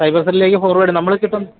ആ സൈബർ സെൽലേക്ക് ഫോർവേട് ചെയ്യും നമ്മൾ ഇതിപ്പം